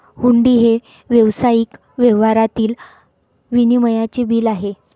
हुंडी हे व्यावसायिक व्यवहारातील विनिमयाचे बिल आहे